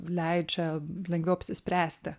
leidžia lengviau apsispręsti